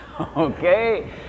okay